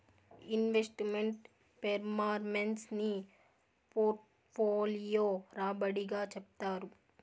invest meant performance ని portfolio రాబడి గా చెప్తారు